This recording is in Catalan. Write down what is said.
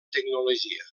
tecnologia